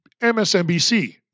MSNBC